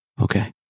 Okay